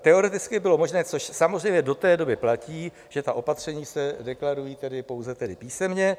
Teoretické bylo možné, což samozřejmě do té doby platí, že ta opatření se deklarují pouze písemně.